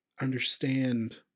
understand